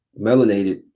melanated